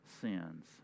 sins